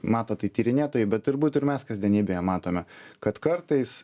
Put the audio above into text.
mato tai tyrinėtojai bet turbūt ir mes kasdienybėje matome kad kartais